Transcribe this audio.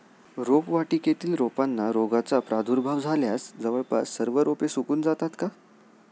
रोपवाटिकेतील रोपांना रोगाचा प्रादुर्भाव झाल्यास जवळपास सर्व रोपे सुकून जातात का?